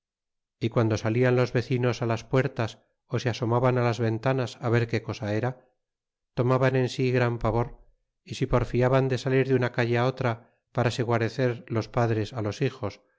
y guando salian los vecinos las puertas al se asomaban las ventanas á ver que cosa era tomaban en si gran pavor y si porfiaban de salir de una calle á otra para se guarecer los padres los hijos